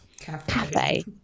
cafe